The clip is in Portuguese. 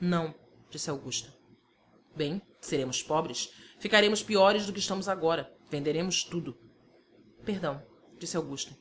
não disse augusta bem seremos pobres ficaremos piores do que estamos agora venderemos tudo perdão disse augusta